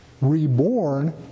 reborn